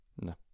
no